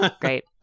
Great